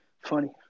Funny